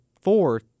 four